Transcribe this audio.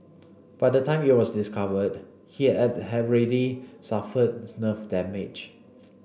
by the time it was discovered he had have ready suffered nerve damage